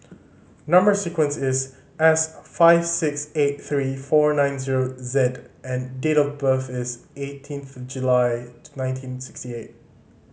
number sequence is S five six eight three four nine zero Z and date of birth is eighteenth July nineteen sixty eight